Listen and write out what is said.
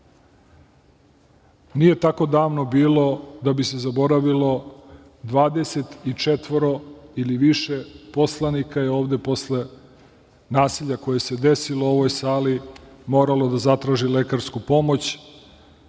vid. Nije tako davno bilo da bi se zaboravilo, 24 ili više poslanika je ovde posle nasilja koje se desilo u ovoj sali moralo da zatraži lekarsku pomoć,